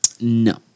No